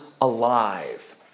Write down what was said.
alive